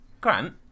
Grant